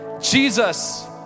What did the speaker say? Jesus